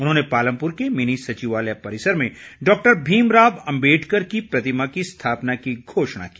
उन्होंने पालमपुर के मिनी सचिवालय परिसर में डॉक्टर भीमराव अम्बेडकर की प्रतिमा की स्थापना की घोषणा की